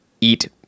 eat